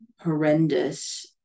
horrendous